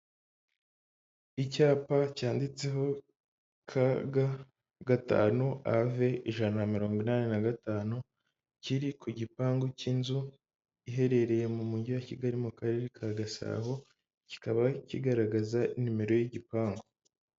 Icyapa cyanditseho ka, ga gatanu ave ijana na mirongo inani na gatanu kiri ku gipangu cy'inzu iherereye mu mujyi wa Kigali mu karere ka Gasabo, kikaba kigaragaza nimero y'igipangu.